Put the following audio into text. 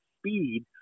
speed